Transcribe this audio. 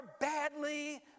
badly